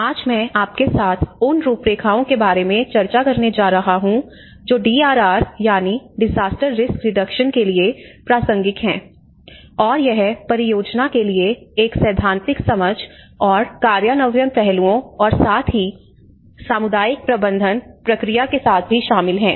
आज मैं आपके साथ उन रूपरेखाओं के बारे में चर्चा करने जा रहा हूं जो डीआरआर के लिए प्रासंगिक हैं और यह परियोजना के लिए एक सैद्धांतिक समझ और कार्यान्वयन पहलुओं और साथ ही साथ सामुदायिक प्रबंधन प्रक्रिया के साथ भी शामिल है